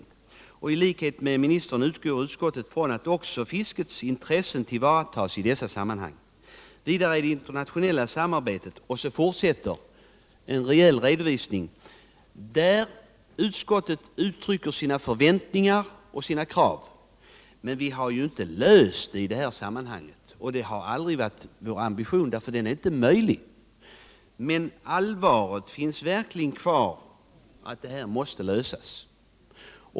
Utskottet skriver: ”I likhet med jordbruksministern utgår utskottet från att också fiskets intressen tillvaratas i detta sammanhang.” Sedan fortsätter en rejäl redovisning där utskottet uttrycker sina förväntningar och sina krav. Men vi har inte löst problemen i detta sammanhang, och det har aldrig varit vår ambition, därför att det är inte möjligt. Men utskottet menar allvar med att de här problemen måste lösas.